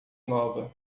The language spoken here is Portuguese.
nova